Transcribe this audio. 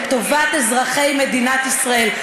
לטובת אזרחי מדינת ישראל,